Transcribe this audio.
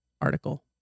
article